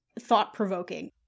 thought-provoking